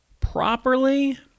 properly